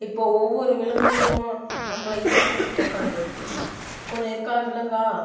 இப்போது ஒவ்வொரு விலங்குகளும் நம்மள இது பண்ணி பார்க்காது கொஞ்சம் இருக்கா விலங்கா